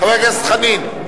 חבר הכנסת חנין?